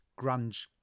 grunge